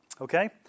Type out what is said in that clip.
Okay